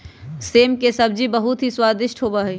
सेम के सब्जी बहुत ही स्वादिष्ट होबा हई